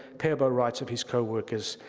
paabo writes of his coworkers,